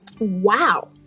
wow